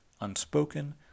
unspoken